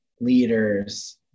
leaders